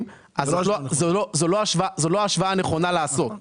זו לא השוואה נכונה לעשות.